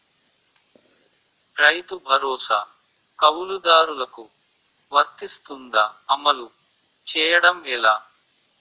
రైతు భరోసా కవులుదారులకు వర్తిస్తుందా? అమలు చేయడం ఎలా